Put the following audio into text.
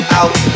out